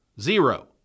zero